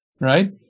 right